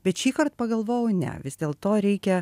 bet šįkart pagalvojau ne vis dėlto reikia